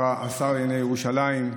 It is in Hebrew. השר לענייני ירושלים,